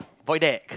void deck